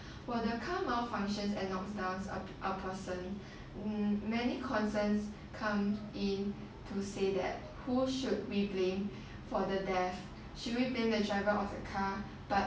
for the car malfunctions and knock downs a a person mm many concerns come in to say that who should we blame for the death should we blame the driver of the car